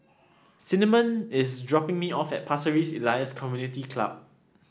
Cinnamon is dropping me off at Pasir Ris Elias Community Club